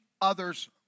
other's